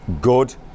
good